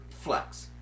flex